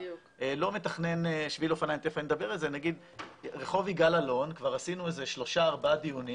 רחוב יגאל אלון, כבר עשינו שלושה ארבעה דיונים